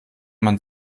man